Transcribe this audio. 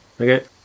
Okay